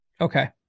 Okay